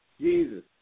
Jesus